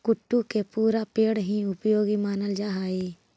कुट्टू के पुरा पेड़ हीं उपयोगी मानल जा हई